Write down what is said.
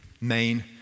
main